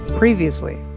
previously